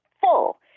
full